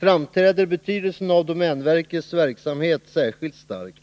framträder betydelsen av domänverkets verksamhet särskilt starkt.